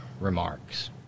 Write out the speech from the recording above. remarks